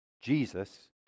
Jesus